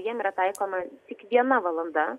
jiem yra taikoma tik viena valanda